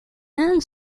and